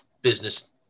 business